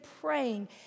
praying